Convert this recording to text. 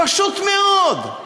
פשוט מאוד.